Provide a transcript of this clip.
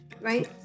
right